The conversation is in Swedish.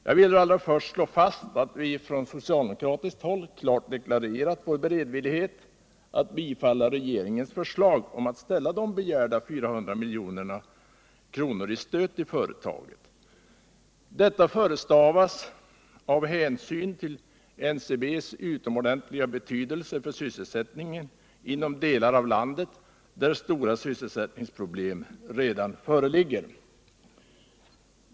Jag vill allra först slå fast att vi från socialdemokratiskt håll klart deklarerat vår beredvillighet att bifalla regeringens förslag om att anslå begärda 400 milj.kr. i stöd åt företaget. Detta förestavas av hänsyn till NCB:s utomordentliga betydelse för sysselsättningen inom delar av landet där stora sysselsättningsproblem redan föreligger.